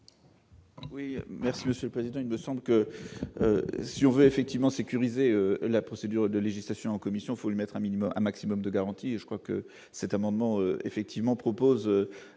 Oui merci monsieur le président, ne semble que si on veut effectivement sécurisé la procédure de législation en commission, faut-il mettre un minimum un maximum de garanties, je crois que cet amendement effectivement propose